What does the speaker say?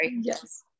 yes